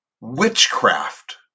witchcraft